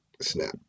snap